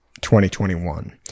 2021